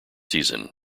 season